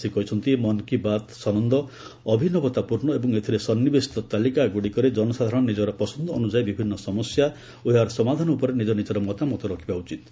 ସେ କହିଛନ୍ତି ମନ୍ କି ବାତ୍ ସନନ୍ଦ ଅଭିନବତାପୂର୍ଣ୍ଣ ଏବଂ ଏଥିରେ ସନ୍ନିବେସିତ ତାଲିକା ଗୁଡ଼ିକରେ ଜନସାଧାରଣ ନିଜର ପସନ୍ଦ ଅନୁଯାୟୀ ବିଭିନ୍ନ ସମସ୍ୟା ଓ ଏହାର ସମାଧାନ ଉପରେ ନିଜ ନିଜର ମତାମତ ରଖିବା ଉଚିତ୍